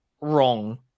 wrong